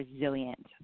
resilient